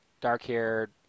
dark-haired